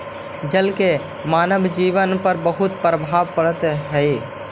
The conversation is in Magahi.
जल के मानव जीवन पर बहुत प्रभाव पड़ऽ हई